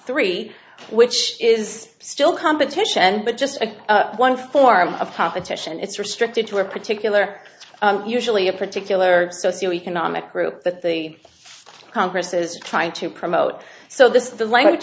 three which is still competition but just one form of competition it's restricted to a particular usually a particular socio economic group that the congress is trying to promote so this is the language